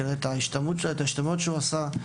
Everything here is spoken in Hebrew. כולל ההשתלמויות שהוא עשה.